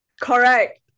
Correct